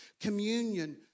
Communion